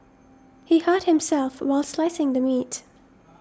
he hurt himself while slicing the meat